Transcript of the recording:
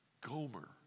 Gomer